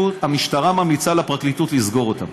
המשטרה ממליצה לפרקליטות לסגור אותם.